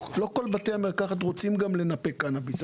לא כל בתי המרקחת רוצים לנפק קנביס,